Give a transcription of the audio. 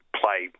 play